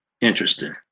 Interesting